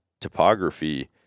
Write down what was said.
topography